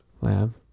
lab